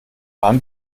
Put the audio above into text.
wann